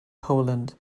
poland